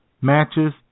matches